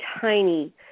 tiny